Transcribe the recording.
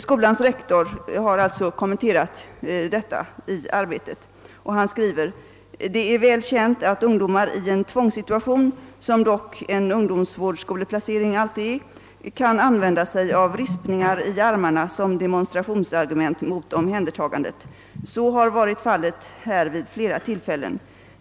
Skolans rektor har också kommenterat detta i tidningen Arbetet och skriver då: »Det är väl känt att ungdomar i en tvångssituation, som dock en ungdomsvårdsskoleplacering alltid är, kan använda sig av ”rispningar” i armarna som demonstrationsargument mot omhändertagandet. Så har varit fallet här vid flera tillfällen.